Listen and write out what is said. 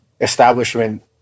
establishment